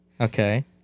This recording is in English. Okay